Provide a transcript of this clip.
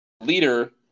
leader